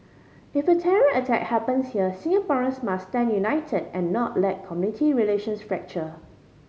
if a terror attack happens here Singaporeans must stand united and not let community relations fracture